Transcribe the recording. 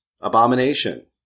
abomination